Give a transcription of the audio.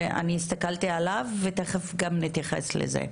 אני הסתכלתי עליו, ונתייחס לזה.